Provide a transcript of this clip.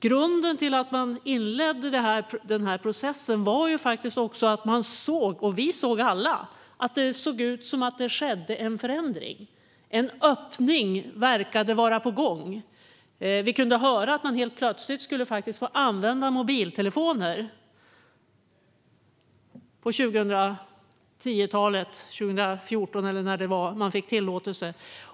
Grunden till att man inledde denna process var att vi alla såg att en förändring verkade ske. En öppning verkade vara på gång. Vi kunde höra att man under 2010-talet helt plötsligt skulle få använda mobiltelefoner. Var det kanske 2014 som man fick tillåtelse?